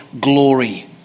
glory